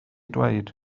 dweud